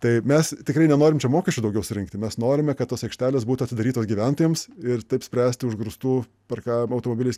tai mes tikrai nenorim čia mokesčių daugiau surinkti mes norime kad tos aikštelės būtų atidarytos gyventojams ir taip spręsti užgrūstų parkavimo automobiliais